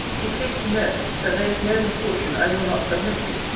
be pleased to know, that there is no misfortune i will not submit to,